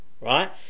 right